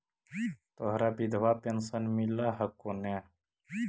तोहरा विधवा पेन्शन मिलहको ने?